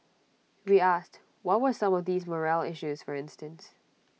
we asked what were some of these morale issues for instance